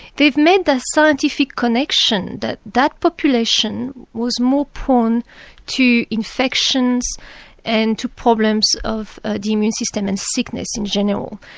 they've made the scientific connection that that population was more prone to infections and to problems of the immune system and sickness in general.